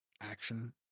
action